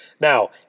Now